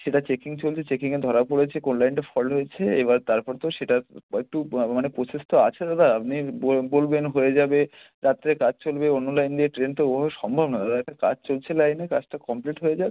সেটা চেকিং চলছে চেকিংয়ে ধরা পড়েছে কোন লাইনটা ফল্ট হয়েছে এবার তারপর তো সেটা একটু মানে প্রসেস তো আছে দাদা আপনি বলবেন হয়ে যাবে রাত্রে কাজ চলবে অন্য লাইন দিয়ে ট্রেন তো ওভাবে সম্ভব নয় দাদা একটা কাজ চলছে লাইনে কাজটা কমপ্লিট হয়ে যাক